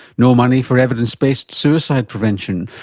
no money for evidence based suicide prevention,